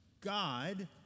God